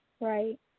Right